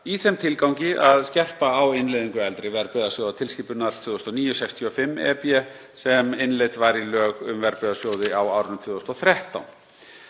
í þeim tilgangi að skerpa á innleiðingu eldri verðbréfasjóðatilskipunar 2009/65/EB sem innleidd var í lög um verðbréfasjóði á árinu 2013.